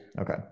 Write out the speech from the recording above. okay